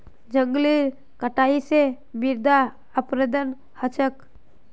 जंगलेर कटाई स मृदा अपरदन ह छेक